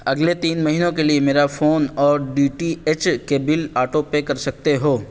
اگلے تین مہینوں کے لیے میرا فون اور ڈی ٹی ایچ کے بل آٹو پے کر سکتے ہو